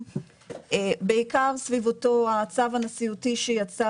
בעיקר סביב אותו הצו הנשיאותי שיצא,